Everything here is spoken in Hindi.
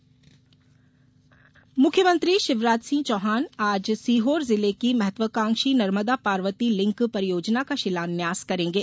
नर्मदा पार्वती मुख्यमंत्री शिवराज सिंह चौहान आज सीहोर जिले की महत्वाकांक्षी नर्मदा पार्वती लिंक परियोजना का शिलान्यास करेंगे